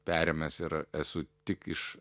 perėmęs ir esu tik iš